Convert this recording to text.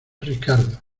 ricardo